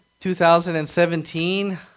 2017